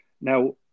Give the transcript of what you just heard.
Now